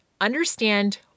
understand